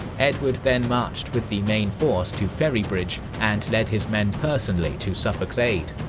edward then marched with the main force to ferrybridge and led his men personally to suffolk's aid.